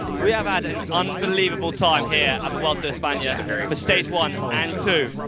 we have had an unbelievable time here at the vuelta a espana for stage one and two.